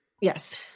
Yes